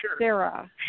Sarah